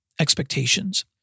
expectations